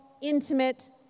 intimate